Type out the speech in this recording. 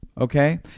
Okay